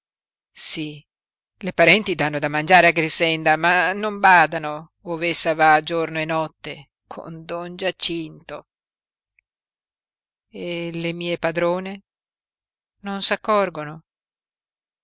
sí le parenti dànno da mangiare a grixenda ma non badano ov'essa va giorno e notte con don giacinto e le mie padrone non s'accorgono